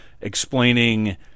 explaining